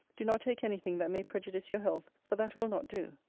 do not take any thing that may prejudice your health for that will not do.